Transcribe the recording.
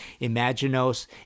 Imaginos